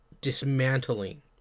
dismantling